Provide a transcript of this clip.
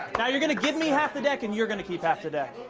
now you're going to give me half the deck and you're going to keep half the deck.